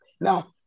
Now